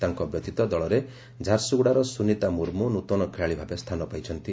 ତାଙ୍କ ବ୍ୟତୀତ ଦଳରେ ଝାରସ୍ସଗ୍ରଡ଼ାର ସୁନୀତା ମୁମୁ ନୂତନ ଖେଳାଳି ଭାବେ ସ୍ଚାନ ପାଇଛନ୍ତି